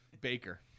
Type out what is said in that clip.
Baker